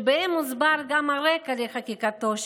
ובהם הוסבר גם הרקע לחקיקתו,